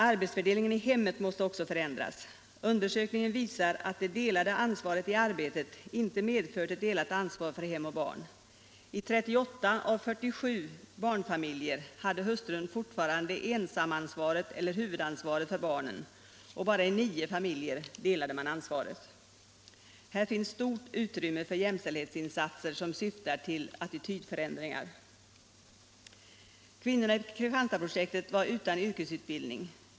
Ansvarsfördelningen i hemmet måste också förändras. Undersökningen visar att det delade ansvaret i arbetet inte medfört ett delat ansvar för hem och barn. I 38 av 47 barnfamiljer hade hustrun fortfarande ensamansvaret eller huvudansvaret för barnen, och bara i 9 familjer delade man ansvaret. Här finns stort utrymme för jämställdhetsinsatser som syftar till attitydförändringar. Kvinnorna i Kristianstadsprojektet var utan yrkesutbildning.